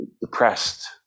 depressed